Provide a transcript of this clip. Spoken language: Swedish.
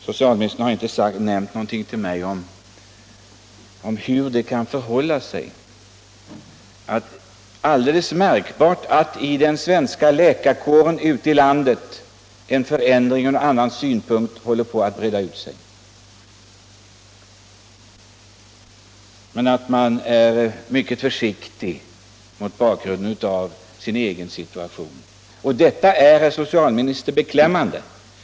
Socialministern har inte nämnt någonting om det förhållandet att det alldeles märkbart inom den svenska läkarkåren ute i landet håller på att breda ut sig en förändrad syn på saken men att man är mycket försiktig med tanke på sin egen situation. Detta är, herr socialminister, beklämmande.